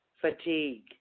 fatigue